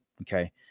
Okay